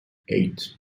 eight